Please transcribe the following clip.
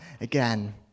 again